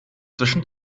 zwischen